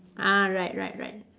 ah right right right